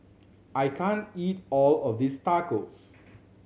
I can't eat all of this Tacos